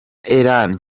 ellen